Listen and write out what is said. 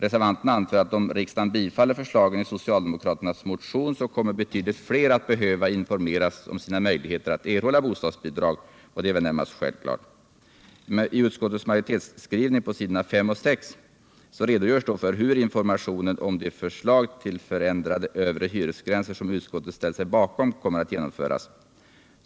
Reservanterna anför att om riksdagen bifaller förslagen i socialdemokraternas motion kommer betydligt fler att behöva informeras om sina möjligheter att erhålla bostadsbidrag, och det är väl närmast självklart. I utskottets majoritetsskrivning på s. 5 och 6 redogörs för hur informationen om de förslag till förändrade övre hyresgränser som utskottet ställt sig bakom kommer att genomföras.